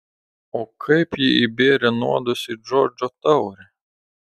o kaip ji įbėrė nuodus į džordžo taurę